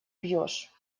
бьешь